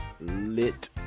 lit